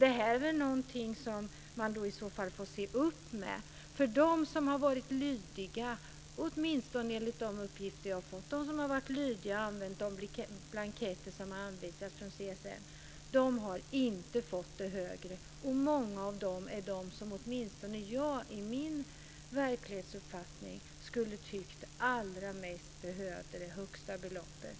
Det här är någonting som man får se upp med. De som har varit lydiga - åtminstone enligt de uppgifter som jag har fått - och använt de blanketter som har anvisats från CSN har inte fått det högre beloppet, och många av dem är de som åtminstone jag i min verklighetsuppfattning skulle ha tyckt allra mest behövde det högsta beloppet.